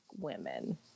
women